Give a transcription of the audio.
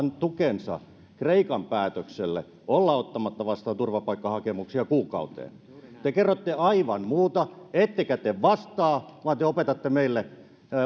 tukensa kreikan päätökselle olla ottamatta vastaan turvapaikkahakemuksia kuukauteen te kerrotte aivan muuta ettekä te vastaa vaan te opetatte meille